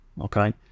okay